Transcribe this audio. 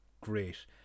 great